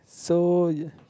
so uh